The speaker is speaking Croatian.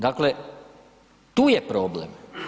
Dakle, tu je problem.